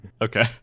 Okay